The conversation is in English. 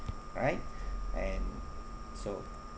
right and so